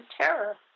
terror